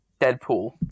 Deadpool